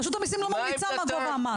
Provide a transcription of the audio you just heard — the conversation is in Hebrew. רשות המיסים לא ממליצה מה גובה המס.